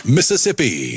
Mississippi